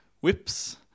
whips